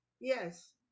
Yes